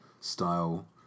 style